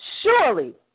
surely